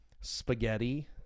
spaghetti